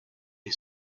est